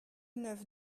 neuf